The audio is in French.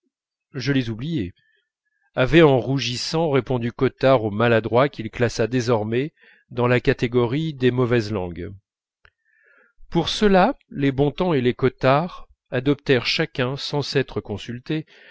je les oubliais avait en rougissant répondu cottard au maladroit qu'il classa désormais dans la catégorie des mauvaises langues pour ceux-là les bontemps et les cottard adoptèrent chacun sans s'être consultés